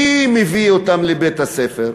מי מביא אותם לבית-הספר?